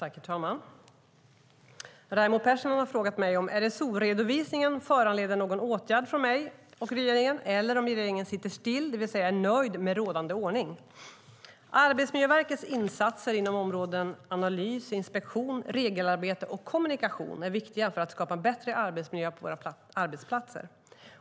Herr talman! Raimo Pärssinen har frågat mig om RSO-redovisningen föranleder någon åtgärd från mig och regeringen eller om regeringen sitter still, det vill säga är nöjd med rådande ordning. Arbetsmiljöverkets insatser inom områdena analys, inspektion, regelarbete och kommunikation är viktiga för att skapa en bättre arbetsmiljö på våra arbetsplatser.